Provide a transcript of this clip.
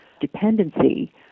dependency